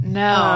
no